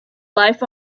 life